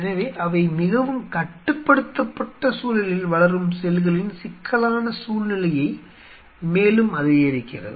எனவே அவை மிகவும் கட்டுப்படுத்தப்பட்ட சூழலில் வளரும் செல்களின் சிக்கலான சூழ்நிலையை மேலும் அதிகரிக்கிறது